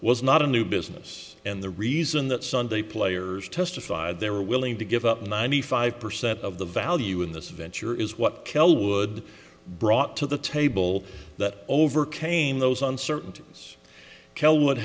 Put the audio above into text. was not a new business and the reason that sunday players testified they were willing to give up ninety five percent of the value in this venture is what kel would brought to the table that overcame those uncertain